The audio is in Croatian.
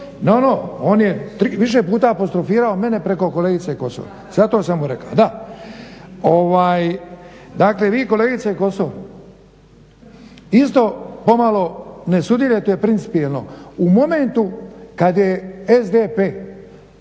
Kosor, ne on je više puta apostrofirao mene preko kolegice Kosor zato sam mu rekao, da. Dakle, vi kolegice Kosor isto pomalo ne sudjelujete principijelno. U momentu kad SDP